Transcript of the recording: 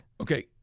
okay